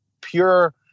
pure